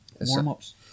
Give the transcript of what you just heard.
Warm-ups